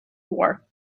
war